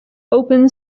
open